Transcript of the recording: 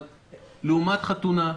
לעומת חתונה,